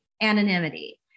anonymity